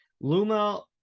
Luma